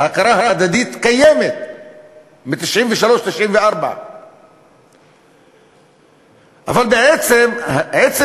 ההכרה ההדדית קיימת מ-1993 1994. אבל בעצם עצם